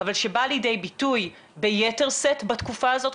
אבל שבא לידי ביטוי ביתר שאת בתקופה הזאת של